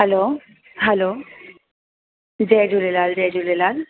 हलो hello जय झूलेलाल जय झूलेलाल